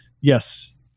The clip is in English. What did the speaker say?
yes